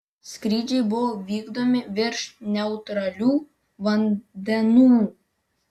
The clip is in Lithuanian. skrydžiai buvo vykdomi virš neutralių vandenų